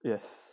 yes